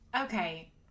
okay